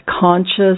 Conscious